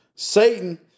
Satan